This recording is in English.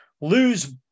lose